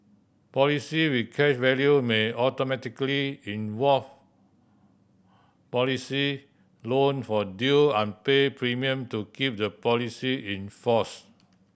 policy with cash value may automatically invoke policy loan for due unpaid premium to keep the policy in force